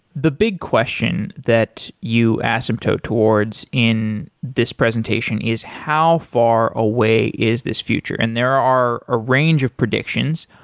the big question that you ask them so towards in this presentation is how far away is this future? and there are a range of predictions.